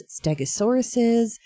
Stegosauruses